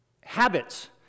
Habits